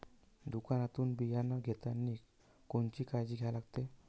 दुकानातून बियानं घेतानी कोनची काळजी घ्या लागते?